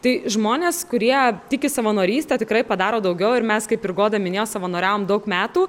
tai žmonės kurie tiki savanoryste tikrai padaro daugiau ir mes kaip ir goda minėjo savanoriavom daug metų